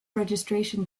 registration